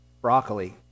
broccoli